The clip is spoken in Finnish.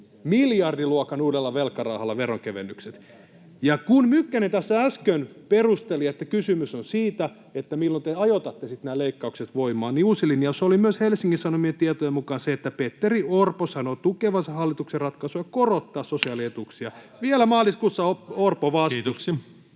miljardiluokan uudella velkarahalla, veronkevennykset. Ja kun Mykkänen tässä äsken perusteli, että kysymys on siitä, milloin te ajoittaisitte nämä leikkaukset voimaan, niin uusi linjaus oli myös Helsingin Sanomien tietojen mukaan se, että Petteri Orpo sanoo tukevansa hallituksen ratkaisua korottaa sosiaalietuuksia.